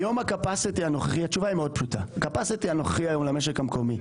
הקפסיטי היום למשק המקומי,